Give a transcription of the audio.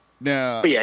Now